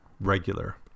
regular